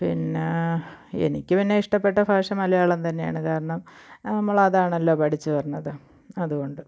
പിന്നെ എനിക്ക് പിന്നെ ഇഷ്ടപ്പെട്ട ഭാഷ മലയാളം തന്നെയാണ് കാരണം നമ്മൾ അതാണല്ലോ പഠിച്ച് വരുന്നത് അതുകൊണ്ട്